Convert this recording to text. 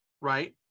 right